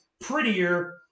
prettier